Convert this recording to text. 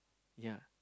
yea